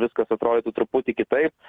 viskas atrodytų truputį kitaip